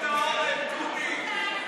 דודי.